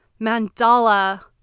mandala